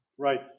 Right